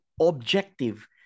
objective